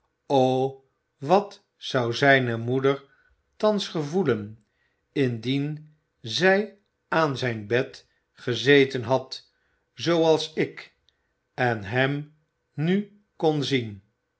wat zou zijne moeder thans gevoelen indien zij aan zijn bed gezeten had zooals ik en hem nu kon zien